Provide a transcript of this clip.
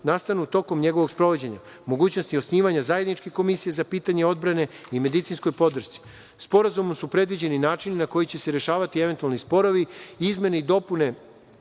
nastanu tokom njegovom sprovođenja, mogućnosti osnivanja zajedničke komisije za pitanja odbrane i medicinskoj podršci. Sporazumom su predviđeni načini na koji će se rešavati eventualni sporovi, izmene i dopune,